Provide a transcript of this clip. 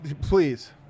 Please